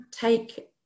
take